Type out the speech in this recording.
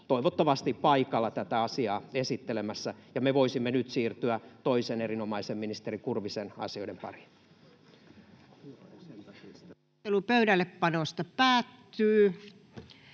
toivottavasti paikalla tätä asiaa esittelemässä, ja me voisimme nyt siirtyä toisen erinomaisen ministerin, Kurvisen, asioiden pariin.